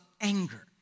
anger